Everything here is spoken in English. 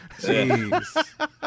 Jeez